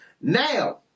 Now